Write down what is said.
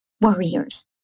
warriors